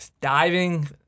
diving